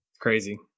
Crazy